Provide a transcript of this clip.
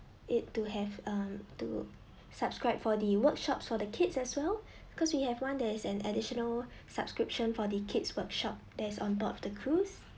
it to have um to subscribe for the workshops for the kids as well because we have one there is an additional subscription for the kid's workshop there is onboard the cruise